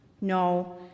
No